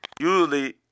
Usually